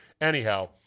Anyhow